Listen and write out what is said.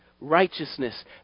righteousness